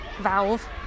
valve